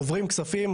עוברים כספים,